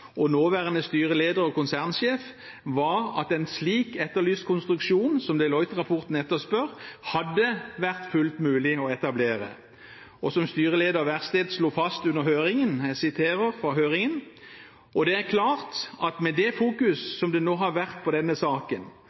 og nåværende styreleder og konsernsjef, var at en slik etterlyst konstruksjon som Deloitte-rapporten etterspør, hadde vært fullt mulig å etablere. Som styreleder Værsted slo fast under høringen: «Og det er klart at med det fokus som det nå har vært på denne saken,